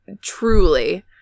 Truly